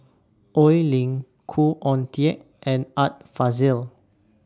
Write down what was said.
Oi Lin Khoo Oon Teik and Art Fazil